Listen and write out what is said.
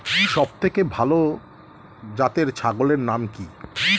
সবথেকে ভালো জাতের ছাগলের নাম কি?